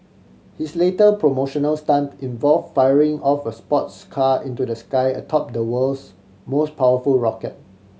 his late promotional stunt involve firing off a sports car into the sky atop the world's most powerful rocket